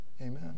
amen